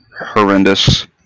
horrendous